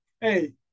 hey